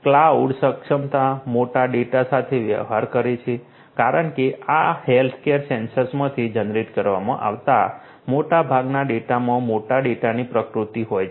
cloud સક્ષમતા મોટા data સાથે વ્યવહાર કરે છે કારણ કે આ હેલ્થકેર સેન્સર્સમાંથી જનરેટ કરવામાં આવતા મોટાભાગના ડેટામાં મોટા ડેટાની પ્રકૃતિ હોય છે